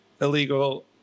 illegal